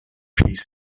piece